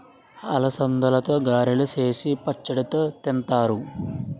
అలసందలతో గారెలు సేసి పచ్చడితో తింతారు